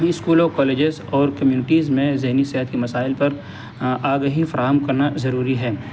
اسکولوں کالجیز اور کمیونٹیز میں ذہنی صحت کے مسائل پر آگہی فراہم کرنا ضروری ہے